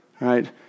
right